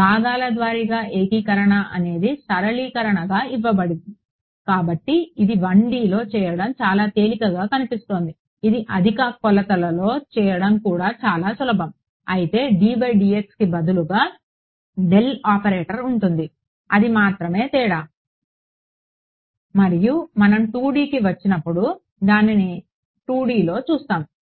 భాగాల ద్వారా ఏకీకరణ అనేది సరళీకరణగా ఇవ్వబడింది ఇప్పుడు ఇది 1Dలో చేయడం చాలా తేలికగా కనిపిస్తోంది ఇది అధిక కొలతలలో చేయడం కూడా చాలా సులభం అయితే ddxకి బదులుగా ఆపరేటర్ ఉంటుంది అది మాత్రమే తేడా మరియు మనం 2Dకి వచ్చినప్పుడు దానిని 2Dలో చూస్తాము